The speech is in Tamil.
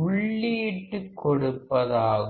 உள்ளீட்டு கொடுப்பதாகும்